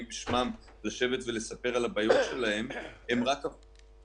בשמם לשבת ולספר על הבעיות שלהם הם רק קצה הקרחון,